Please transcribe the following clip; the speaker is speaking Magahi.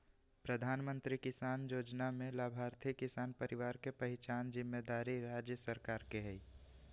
प्रधानमंत्री किसान जोजना में लाभार्थी किसान परिवार के पहिचान जिम्मेदारी राज्य सरकार के हइ